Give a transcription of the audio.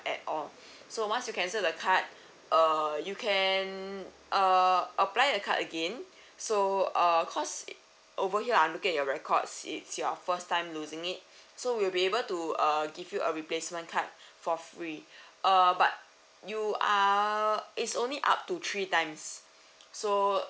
at all so once you canceled the card uh you can uh apply a card again so uh cause over here I'm looking your records it's your first time losing it so we'll be able to uh give you a replacement card for free uh but you are it's only up to three times so